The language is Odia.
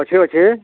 ଅଛେ ଅଛେ